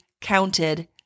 counted